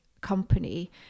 company